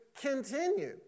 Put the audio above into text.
continue